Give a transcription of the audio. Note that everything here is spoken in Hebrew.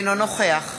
אינו נוכח